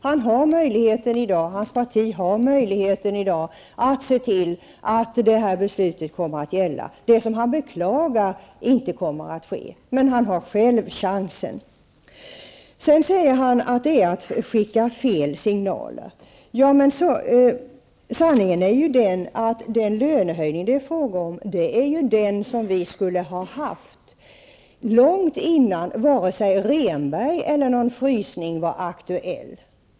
Han och hans parti har i dag möjlighet att se till att beslutet kommer att gälla. Han beklagar att det inte kommer att ske, men han har själv chansen. Kurt Ove Johansson talar om att det här skulle vara att skicka fel signaler. Sanningen är att den lönehöjning det är fråga om är den höjning vi skulle ha haft långt innan Rehnbergsavtalet eller någon frysning var aktuell.